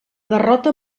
derrota